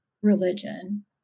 Religion